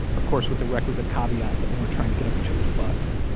of course with the requisite caveat that they weren't trying to get up each other's butts.